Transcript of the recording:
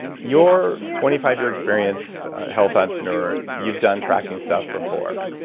you're twenty five year experienced health entrepreneur, you've done tracking stuff before.